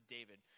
David